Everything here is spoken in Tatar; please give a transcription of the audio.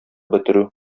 бетерү